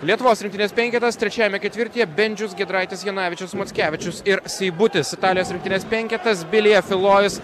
lietuvos rinktinės penketas trečiajame ketvirtyje bendžius giedraitis janavičius mackevičius ir seibutis italijos rinktinės penketas bilija filojus